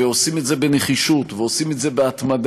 ועושים את זה בנחישות, ועושים את זה בהתמדה,